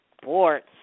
sports